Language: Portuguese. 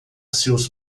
seus